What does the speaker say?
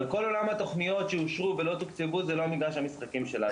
אבל כל עולם התוכניות שאושרו ולא תוקצבו זה לא מגרש המשחקים שלנו.